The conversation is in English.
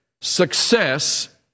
success